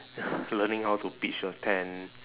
learning how to pitch a tent